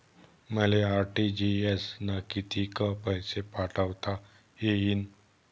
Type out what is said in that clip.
मले आर.टी.जी.एस न कितीक पैसे पाठवता येईन?